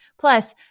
Plus